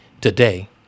today